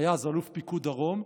היה אז אלוף פיקוד דרום.